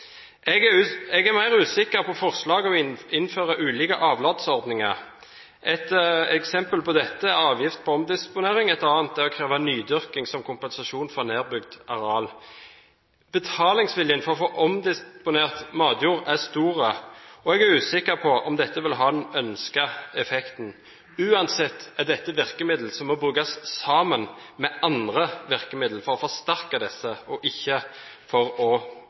er programfestet. Jeg er mer usikker på forslaget om å innføre ulike avlatsordninger. Et eksempel på dette er avgift på omdisponering, et annet er å kreve nydyrking som kompensasjon for nedbygd areal. Betalingsviljen for å få omdisponert matjord er stor, og jeg er usikker på om dette vil ha den ønskede effekten. Uansett er dette et virkemiddel som må brukes sammen med andre virkemidler – for å forsterke disse, ikke for å